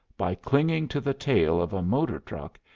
by clinging to the tail of a motor truck,